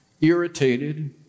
irritated